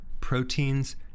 proteins